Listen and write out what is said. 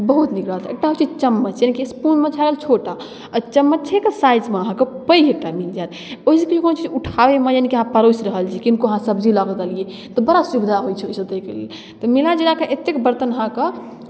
बहुत नीक रहत एकटा होइ छै चम्मच जेनाकि स्पूनमे भेल छोटा आ चम्मचेके साइजमे अहाँकेँ पैघ एकटा मिल जायत ओहिसँ कोनो चीज उठाबैमे यानिकि अहाँ परोसि रहल छी किनको अहाँ सब्जी लऽ कऽ देलियै तऽ बड़ा सुविधा होइ छै ओहिसँ दैके लेल तऽ मिला जुला कऽ एतेक बर्तन अहाँके